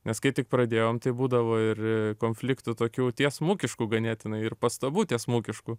nes kai tik pradėjom tai būdavo ir konfliktų tokių tiesmukiškų ganėtinai ir pastabų tiesmukiškų